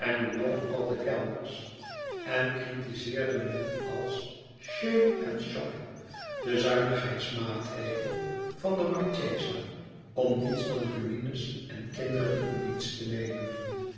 hoe jong al de kellners en kritizeerde men als shame and shocking de zuinigheids maatregel van de marchesa om niets dan ruïnes en kinderen in dienst te nemen